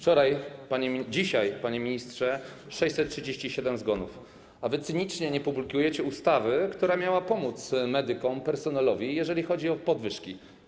Dzisiaj, panie ministrze, 637 zgonów, a wy cynicznie nie publikujecie ustawy, która miała pomóc medykom, personelowi, jeżeli chodzi o podwyżki.